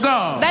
God